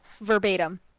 Verbatim